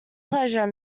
pleasure